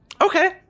Okay